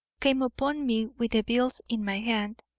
came upon me with the bills in my hand,